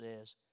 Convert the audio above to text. says